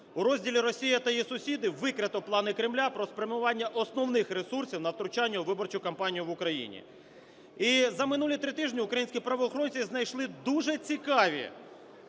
У розділі "Росія та її сусіди" викрито плани Кремля про спрямування основних ресурсів на втручання у виборчу кампанію в Україні. І за минулі три тижні українські правоохоронці знайшли дуже цікаві